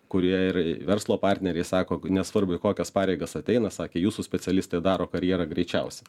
kurie ir verslo partneriai sako nesvarbu į kokias pareigas ateina sakė jūsų specialistai daro karjerą greičiausia